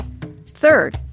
Third